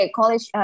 College